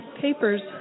papers